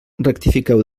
rectifiqueu